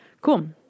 cool